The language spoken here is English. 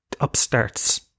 upstarts